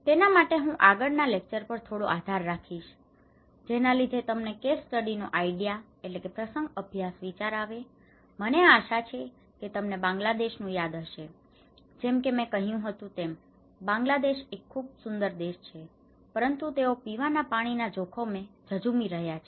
તેના માટે હું આગળના લેકચર પર થોડો આધાર રાખીશ જેના લીધે તમને કેસ સ્ટડીનો આઇડિયા case study idea પ્રસંગ અભ્યાસ વિચાર આવે મને આશા છે કે તમને બાંગ્લાદેશનું યાદ હશે જેમ મે કહ્યું હતું તેમ બાંગ્લાદેશ એક સુંદર દેશ છે પરંતુ તેઓ પીવાના પાણીના જોખમે ઝઝૂમી રહ્યા છે